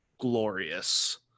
glorious